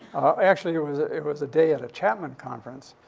ah, actually, it was a it was the day of the chapman conference,